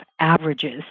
averages